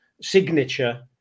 signature